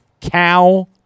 cow